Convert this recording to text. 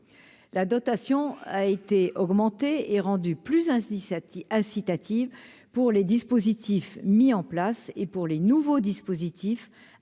la dotation a été augmenté et rendu plus hein 17 y'incitative pour les dispositifs mis en place et pour les nouveaux dispositifs